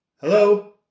hello